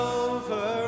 over